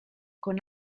con